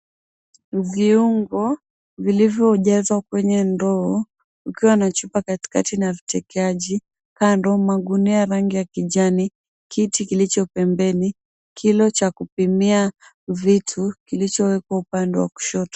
Viungo vilivyojazwa kwenye ndoo kukiwa na chupa katikati na vitekaji. Kando magunia ya rangi ya kijani, kiti kilicho pembeni, kilo cha kupimia vitu kilichowekwa upande wa kushoto.